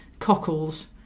cockles